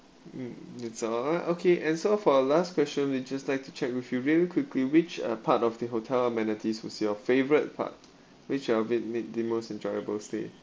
mm that's all ah okay and so for our last question we just like to check with you really quickly which uh part of the hotel amenities was your favourite part which of it made the most enjoyable stay